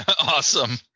awesome